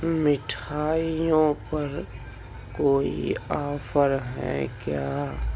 مٹھائیوں پر کوئی آفر ہیں کیا